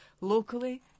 locally